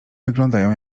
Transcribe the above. wyglądają